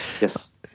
yes